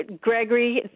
Gregory